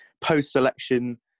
post-election